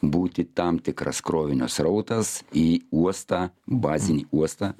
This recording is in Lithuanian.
būti tam tikras krovinio srautas į uostą bazinį uostą